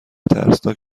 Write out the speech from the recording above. ترسناک